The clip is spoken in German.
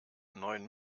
neuen